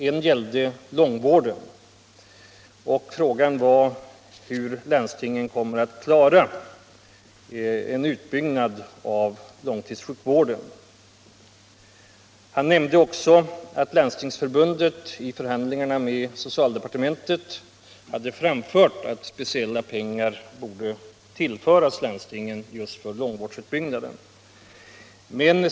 En gällde hur landstingen kommer att klara en utbyggnad av långtidssjukvården. Han nämnde också att Landstingsförbundet i förhandlingarna med socialdepartementet hade anfört att speciella pengar borde tillföras landstingen just för långvårdsutbyggnaden.